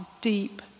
deep